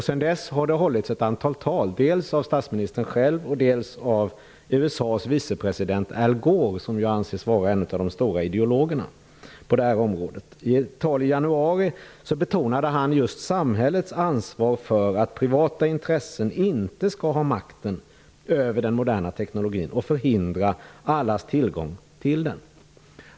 Sedan dess har det hållits ett antal tal, dels av statsministern själv, dels av USA:s vicepresident Al Gore, som anses vara en av de stora ideologerna på detta område. I ett tal i januari betonade Al Gore samhällets ansvar för att privata intressen inte skall ha makten över den moderna teknologin och förhindra allas tillgång till den.